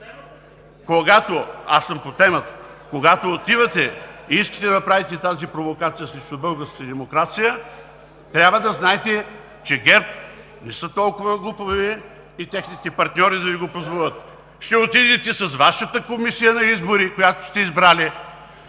СРС-та. Аз съм по темата. Когато отивате и искате да правите тази провокация срещу българската демокрация, трябва да знаете, че ГЕРБ не са толкова глупави и техните партньори да Ви го позволят. Ще отидете с Вашата комисия на избори, която сте избрали,